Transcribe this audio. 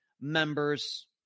members